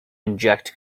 inject